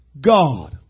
God